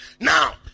now